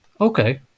Okay